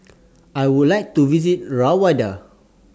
I Would like to visit Rwanda